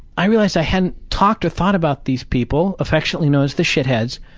i realized i hadn't talked or thought about these people, affectionately known as the shitheads,